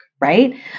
right